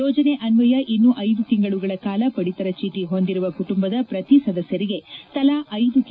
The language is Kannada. ಯೋಜನೆ ಅನ್ವಯ ಇನ್ನೂ ಐದು ತಿಂಗಳುಗಳ ಕಾಲ ಪದಿತರ ಚೀಟಿ ಹೊಂದಿರುವ ಕುಟುಂಬದ ಪ್ರತಿ ಸದಸ್ಯರಿಗೆ ತಲಾ ಐದು ಕೆ